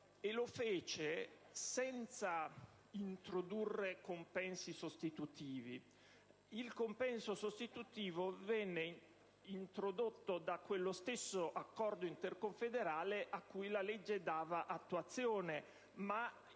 e lo fece senza introdurre compensi sostitutivi. Il compenso sostitutivo venne introdotto da quello stesso accordo interconfederale cui la legge dava attuazione, ma